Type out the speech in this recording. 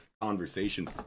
conversation